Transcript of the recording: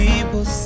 People